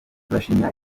turashimira